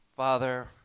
Father